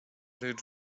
rycz